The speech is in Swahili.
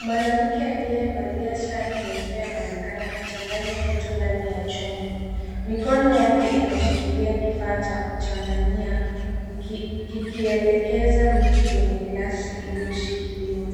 Mwanamke aliyevalia sare nyeupe anaonekana akichanganya kitu ndani ya chombo. Mikono yake inashikilia kifaa cha kuchanganyia kikielekeza vitu kwenye glasi iliyoshikiliwa.